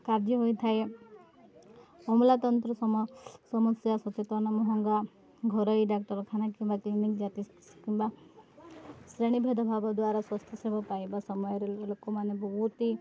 କାର୍ଯ୍ୟ ହୋଇଥାଏ ଅମୂଲତନ୍ତ୍ର ସମସ୍ୟା ସଚେତନ ମୁହଙ୍ଗା ଘରୋଇ ଡ଼ାକ୍ତରଖାନା କିମ୍ବା କ୍ଲିନିକ୍ ଜାତି କିମ୍ବା ଶ୍ରେଣୀଭେଦ ଭାବ ଦ୍ୱାରା ସ୍ୱାସ୍ଥ୍ୟ ସେବା ପାଇବା ସମୟରେ ଲୋକମାନେ ବହୁତ ହି